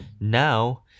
Now